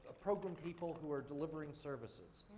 ah program people who are delivering services.